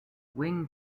wing